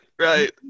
right